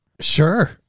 Sure